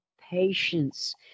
patience